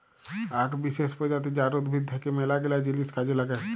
আক বিসেস প্রজাতি জাট উদ্ভিদ থাক্যে মেলাগিলা জিনিস কাজে লাগে